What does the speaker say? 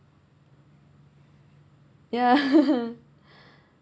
yeah